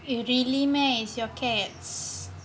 it really meh is your cats